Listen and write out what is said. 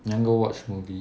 you want go watch movie